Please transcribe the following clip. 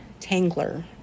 Tangler